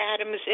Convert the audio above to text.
Adams